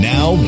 Now